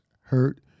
hurt